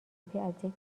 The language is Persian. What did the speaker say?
زیستمحیطی